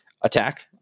Attack